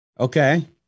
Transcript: Okay